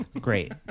Great